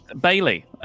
Bailey